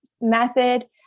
method